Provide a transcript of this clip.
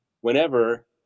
whenever